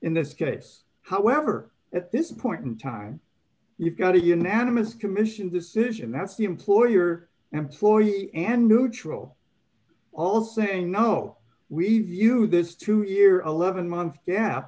in this case however at this point in time you've got a unanimous commission decision that's the employer employee and neutral all saying no we view this two year old levon month